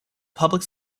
public